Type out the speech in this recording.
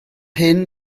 hyn